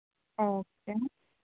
okay